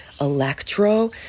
electro